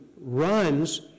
runs